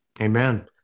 Amen